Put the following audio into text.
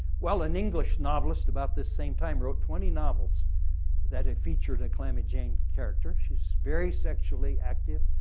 well an english novelist about this same time wrote twenty novels that had featured a calamity jane character. she's very sexually active.